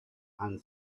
and